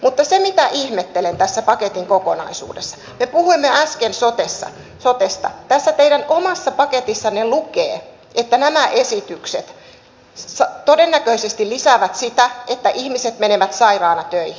mutta sitä ihmettelen tässä paketin kokonaisuudessa kun me puhuimme äsken sotesta että tässä teidän omassa paketissanne lukee että nämä esitykset todennäköisesti lisäävät sitä että ihmiset menevät sairaana töihin